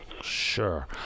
Sure